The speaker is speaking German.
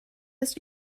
ist